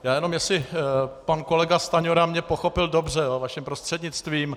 Já jenom jestli pan kolega Stanjura mě pochopil dobře, vaším prostřednictvím.